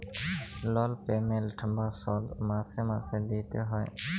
লল পেমেল্ট বা শধ মাসে মাসে দিইতে হ্যয়